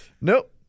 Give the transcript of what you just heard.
Nope